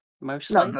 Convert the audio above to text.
mostly